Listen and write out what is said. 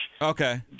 Okay